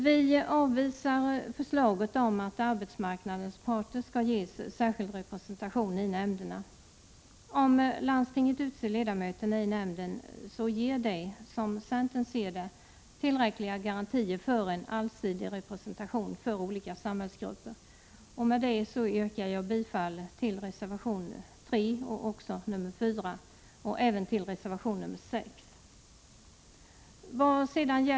Vi avvisar förslaget om att arbetsmarknadens parter skall ges särskild representation i nämnderna. Om landstinget utser ledamöterna i nämnden ger det — som centern ser det — tillräckliga garantier för en allsidig representation för olika samhällsgrupper. Med detta yrkar jag bifall till reservationerna nr 3 och 4 liksom till reservation nr 6.